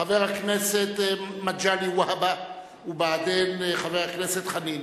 חבר הכנסת מגלי והבה, ובעדין, חבר הכנסת חנין.